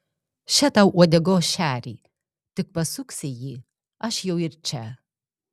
še tau uodegos šerį tik pasuksi jį aš jau ir čia